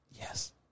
Yes